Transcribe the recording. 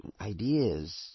Ideas